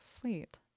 Sweet